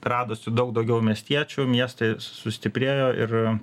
radosi daug daugiau miestiečių miestai sustiprėjo ir